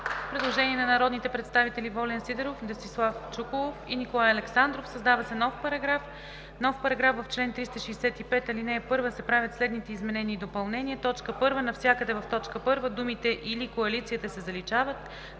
Предложение на народните представители Волен Сидеров, Десислав Чуколов и Николай Александров: „Създава се нов §…:„§... В член 365, ал. 1 се правят следните изменения и допълнения: 1. Навсякъде в точка 1 думите „или коалицията“ се заличават;